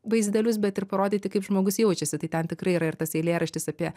vaizdelius bet ir parodyti kaip žmogus jaučiasi tai ten tikrai yra ir tas eilėraštis apie